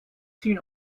seen